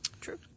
True